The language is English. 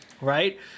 Right